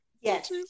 yes